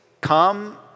come